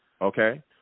Okay